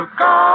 go